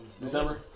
December